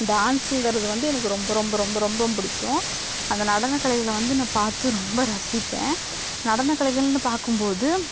டான்ஸுங்கிறது வந்து எனக்கு ரொம்ப ரொம்ப ரொம்ப ரொம்பவும் பிடிக்கும் அந்த நடனக்கலையில வந்து நான் பார்த்து ரொம்ப ரசிப்பேன் நடனக்கலைகள்ன்னு பார்க்கும்போது